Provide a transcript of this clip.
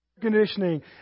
conditioning